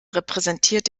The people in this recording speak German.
repräsentiert